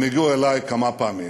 הם הגיעו אלי כמה פעמים,